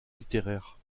littéraire